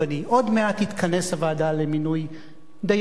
עוד מעט תתכנס הוועדה למינוי דיינים,